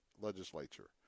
legislature